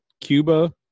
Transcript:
Cuba